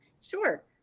Sure